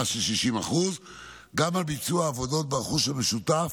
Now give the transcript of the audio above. של 60% על ביצוע עבודות ברכוש המשותף